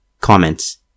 Comments